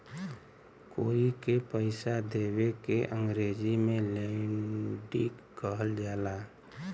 कोई के पइसा देवे के अंग्रेजी में लेंडिग कहल जाला